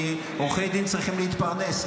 כי עורכי דין צריכים להתפרנס,